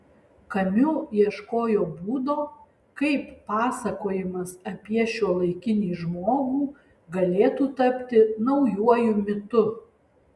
kamiu ieškojo būdo kaip pasakojimas apie šiuolaikinį žmogų galėtų tapti naujuoju mitu